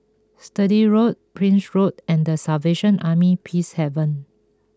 Sturdee Road Prince Road and the Salvation Army Peacehaven